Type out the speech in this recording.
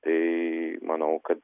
tai manau kad